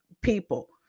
people